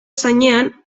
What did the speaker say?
zainean